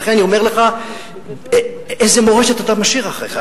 ולכן אני אומר לך, איזו מורשת אתה משאיר אחריך?